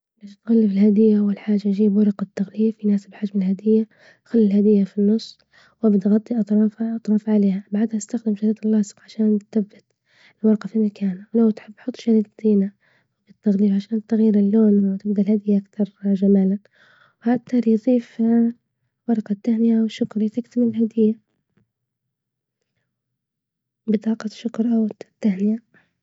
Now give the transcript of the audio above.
باش تغلف الهدية أول حاجة جيب ورق التغليف يناسب حجم الهدية، خلي الهدية في النص وبتغطي أطرافها أطراف عليها بعدها استخدم شريط اللاصق عشان تثبت الورقة في مكانها، لو بتحب تحط زينة عشان تغيير اللون وتفضل هادية وأكثر جمالا، وهات ورقة تهنئة وشكر تكتمل الهدية، بطاقة شكر أو تهنئة.